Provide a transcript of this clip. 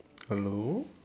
hello